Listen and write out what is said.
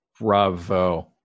bravo